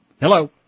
Hello